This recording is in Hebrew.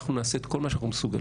אנחנו נעשה את כל מה שאנחנו מסוגלים